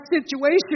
situation